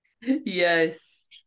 yes